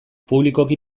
publikoki